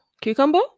cucumber